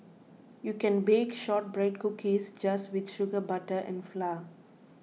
you can bake Shortbread Cookies just with sugar butter and flour